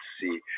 See